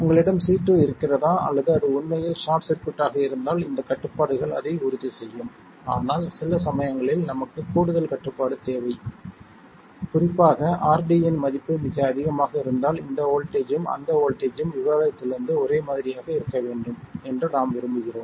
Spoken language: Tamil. உங்களிடம் C2 இருக்கிறதா அல்லது அது உண்மையில் ஷார்ட் சர்க்யூட்டாக இருந்தால் இந்தக் கட்டுப்பாடுகள் அதை உறுதி செய்யும் ஆனால் சில சமயங்களில் நமக்கு கூடுதல் கட்டுப்பாடு தேவை குறிப்பாக RD இன் மதிப்பு மிக அதிகமாக இருந்தால் இந்த வோல்ட்டேஜ்ஜும் அந்த வோல்ட்டேஜ்ஜும் விவாதத்திலிருந்து ஒரே மாதிரியாக இருக்க வேண்டும் என்று நாம் விரும்புகிறோம்